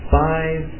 five